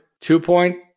Two-point